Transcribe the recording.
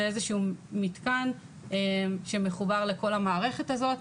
זה מתקן שמחובר לכל המערכת הזאת.